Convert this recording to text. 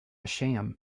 sham